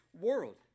world